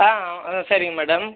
ஆ அது சரிங்க மேடம்